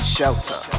Shelter